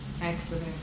Accident